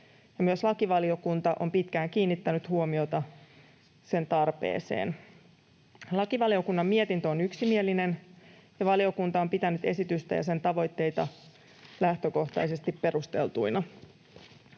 myös lakivaliokunta on pitkään kiinnittänyt huomiota sen tarpeeseen. Lakivaliokunnan mietintö on yksimielinen, ja valiokunta on pitänyt esitystä ja sen tavoitteita lähtökohtaisesti perusteltuina.